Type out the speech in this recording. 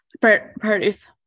parties